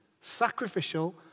Sacrificial